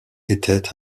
était